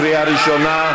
לקריאה ראשונה.